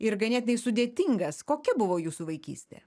ir ganėtinai sudėtingas kokia buvo jūsų vaikystė